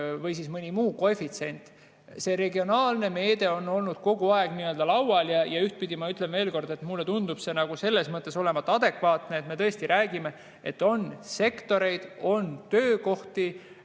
või mõni muu koefitsient. See regionaalne meede on olnud kogu aeg laual. Ma ütlen veel kord, et mulle tundub see selles mõttes olevat adekvaatne, et me tõesti räägime, et on sektoreid, on töökohti,